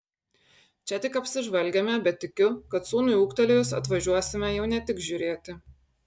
čia tik apsižvalgėme bet tikiu kad sūnui ūgtelėjus atvažiuosime jau ne tik žiūrėti